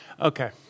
Okay